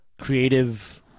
creative